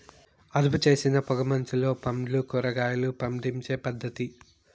అదుపుచేసిన పొగ మంచులో పండ్లు, కూరగాయలు పండించే పద్ధతి